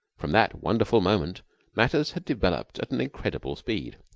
from that wonderful moment matters had developed at an incredible speed.